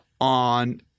on